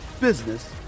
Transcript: business